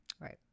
Right